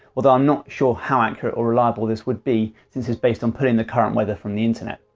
although i'm not sure how accurate or reliable this would be since it's based on pulling the current weather from the internet.